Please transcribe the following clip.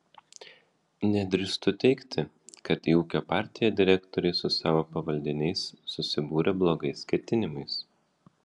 nedrįstu teigti kad į ūkio partiją direktoriai su savo pavaldiniais susibūrė blogais ketinimais